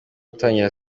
gutangira